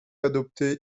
adopté